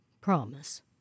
Promise